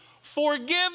forgive